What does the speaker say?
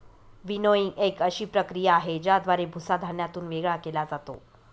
winnowing एक अशी प्रक्रिया आहे, ज्याद्वारे भुसा धान्यातून वेगळा केला जातो